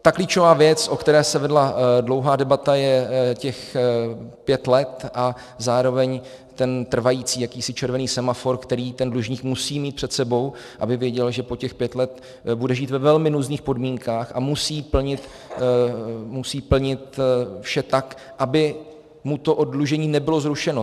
Ta klíčová věc, o které se vedla dlouhá debata, je těch pět let a zároveň ten trvající jakýsi červený semafor, který ten dlužník musí mít před sebou, aby věděl, že po těch pět let bude žít ve velmi nuzných podmínkách a musí plnit vše tak, aby mu to oddlužení nebylo zrušeno.